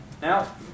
Now